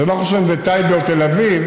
ולא חשוב אם זה טייבה או תל אביב,